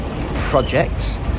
projects